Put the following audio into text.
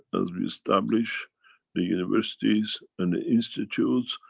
as we establish the universities and ah institutes,